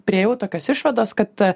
priėjau tokios išvados kad